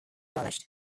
abolished